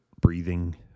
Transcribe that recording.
breathing